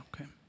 okay